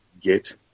get